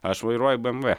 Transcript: aš vairuoju bmw